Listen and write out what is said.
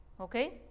Okay